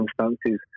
circumstances